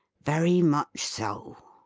very much so.